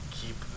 keep